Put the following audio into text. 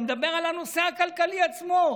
אני מדבר על הנושא הכלכלי עצמו.